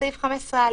בסעיף 15א,